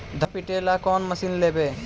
धनमा पिटेला कौन मशीन लैबै?